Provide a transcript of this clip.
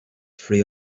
free